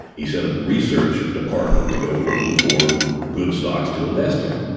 he sent a research department to go looking for good stocks to invest in.